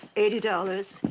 eighty dollars.